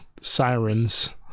sirens